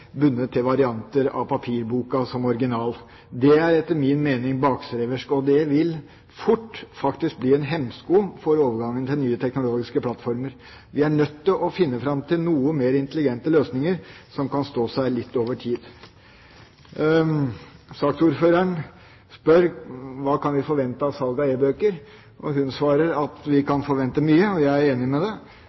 bundet til varianter av papirboka som original. Det er etter min mening bakstreversk, og det vil faktisk fort bli en hemsko for overgangen til nye teknologiske plattformer. Vi er nødt til å finne fram til mer intelligente løsninger som kan stå seg over tid. Saksordføreren spør hva vi kan forvente av salg av e-bøker, og hun svarer at vi kan forvente mye. Jeg er enig med henne i det.